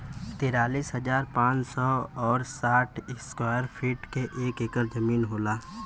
तिरालिस हजार पांच सौ और साठ इस्क्वायर के एक ऐकर जमीन होला